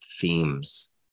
themes